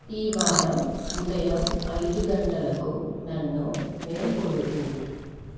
ఈ వారం ఉదయం ఐదు గంటలకు నన్ను మేల్కొలుపు